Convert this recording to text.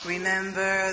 Remember